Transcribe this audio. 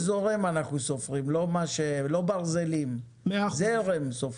אנחנו סופרים, לא ברזלים, סופרים זרם.